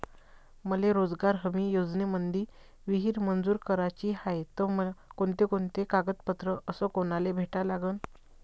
मले रोजगार हमी योजनेमंदी विहीर मंजूर कराची हाये त कोनकोनते कागदपत्र अस कोनाले भेटा लागन?